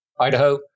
Idaho